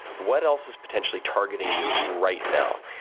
what else is potentially targeting you right now?